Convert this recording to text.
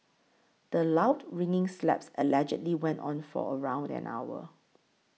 the loud ringing slaps allegedly went on for around an hour